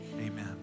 amen